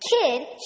Kid